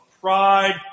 pride